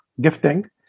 gifting